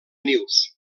nius